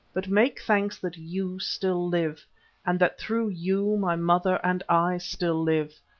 but make thanks that you still live and that through you my mother and i still live,